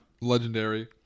legendary